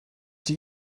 die